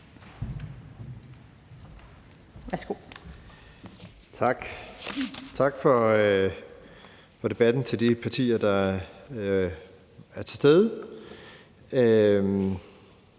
Bruus): Tak. Tak for debatten til de partier, der er til stede,